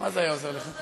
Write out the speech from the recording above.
מה זה היה עוזר לך?